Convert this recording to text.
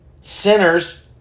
Sinners